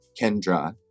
Kendra